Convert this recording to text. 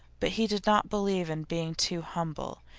but he did not believe in being too humble.